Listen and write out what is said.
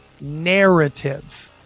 narrative